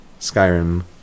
Skyrim